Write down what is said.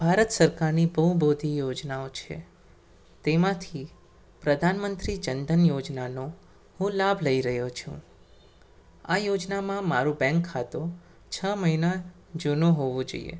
ભારત સરકારની બહુ બધી યોજનાઓ છે તેમાંથી પ્રધાન મંત્રી જન ધન યોજનાનો હું લાભ લઈ રહ્યો છું આ યોજનામાં મારુ બેંક ખાતું છ મહિના જૂનું હોવું જોઈએ